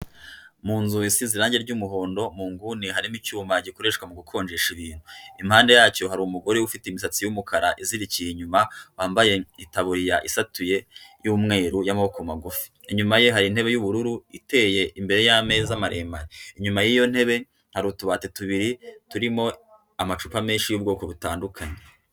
Mu nzu isize irangi ry'umuhondo mu nguni harimo icyuma gikoreshwa mu gukonjesha ibintu, impande yacyo hari umugore ufite imisatsi y'umukara izirikiye inyuma wambaye itaburiya isatuye y'umweru y'amaboko magufi, inyuma ye hari intebe y'ubururu iteye imbere y'ameza maremare, inyuma y'iyo ntebe hari utubati tubiri turimo amacupa menshi y'ubwoko butandukanye.